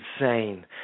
insane